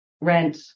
rent